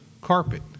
carpet